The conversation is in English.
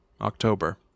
October